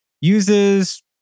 uses